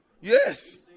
Yes